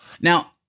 Now